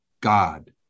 God